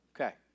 Okay